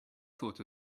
thought